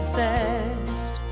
fast